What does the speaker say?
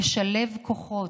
לשלב כוחות,